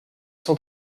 cent